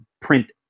Print